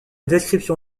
description